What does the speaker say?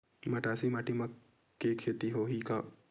मटासी माटी म के खेती होही का?